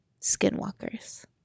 Skinwalkers